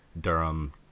Durham